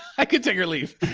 i could take a leave